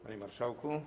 Panie Marszałku!